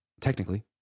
technically